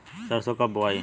सरसो कब बोआई?